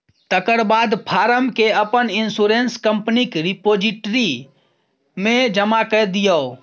तकर बाद फार्म केँ अपन इंश्योरेंस कंपनीक रिपोजिटरी मे जमा कए दियौ